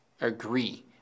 agree